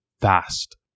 fast